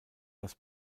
das